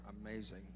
amazing